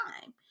time